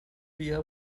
via